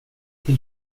till